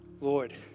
Lord